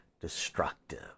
destructive